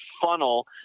funnel